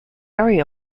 area